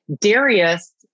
Darius